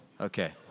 okay